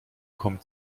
kommt